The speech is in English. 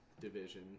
division